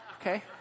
Okay